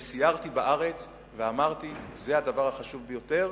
וסיירתי בארץ ואמרתי: זה הדבר החשוב ביותר,